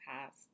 past